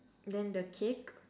then the cake